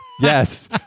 Yes